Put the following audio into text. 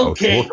Okay